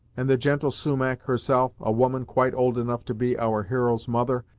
and the gentle sumach, herself, a woman quite old enough to be our hero's mother,